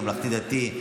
ממלכתי-דתי,